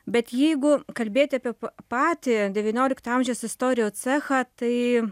bet jeigu kalbėti apie patį devyniolikto amžiaus istorijų cechą tai